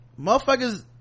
motherfuckers